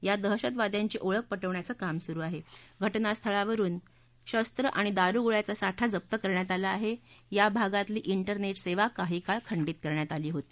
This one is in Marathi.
ग्रा दहशतवाद्यांची ओळख पटवण्याचं काम सुरु आहा प्रटना स्थळावरुन शख आणि दारुगोळ्याचा साठा जप्त करण्यात आला आहा ग्रा भागातली टेरनटीसद्य काही काळ खंडित करण्यात आली होती